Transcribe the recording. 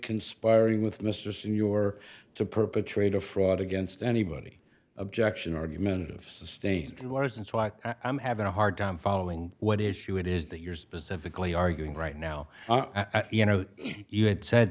conspiring with mr senor to perpetrate a fraud against anybody objection argumentative sustained larson's why i'm having a hard time following what issue it is that you're specifically arguing right now you know you had said